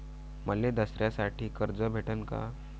मले दसऱ्यासाठी कर्ज भेटन का?